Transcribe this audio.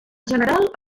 general